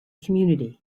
community